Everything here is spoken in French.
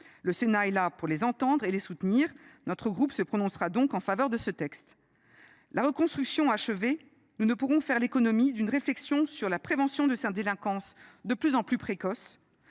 Le Sénat est là pour les entendre et les soutenir. Notre groupe se prononcera donc en faveur de ce texte. La reconstruction achevée, nous ne pourrons pas faire l’économie d’une réflexion sur la prévention de cette délinquance, de plus en plus précoce,